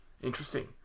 Interesting